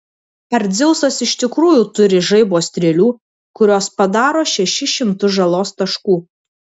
ar dzeusas iš tikrųjų turi žaibo strėlių kurios padaro šešis šimtus žalos taškų